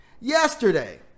yesterday